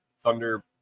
thunder